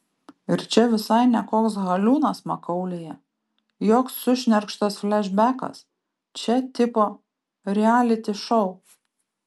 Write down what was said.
ir čia visai ne koks haliūnas makaulėje joks sušnerkštas flešbekas čia tipo rialiti šou